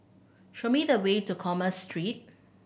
show me the way to Commerce Street